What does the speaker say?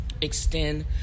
extend